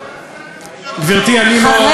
מי הגיע?